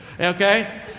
Okay